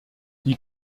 die